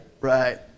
Right